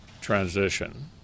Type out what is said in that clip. transition